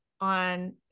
on